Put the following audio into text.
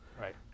right